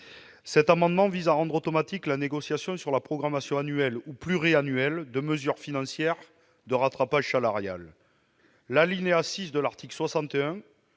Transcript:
Cet amendement vise à rendre automatique la négociation sur la programmation, annuelle ou pluriannuelle, de mesures financières de rattrapage salarial.